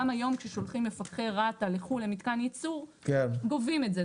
גם היום כששולחים מפקחי רת"א לחו"ל למתקן ייצור גובים את זה.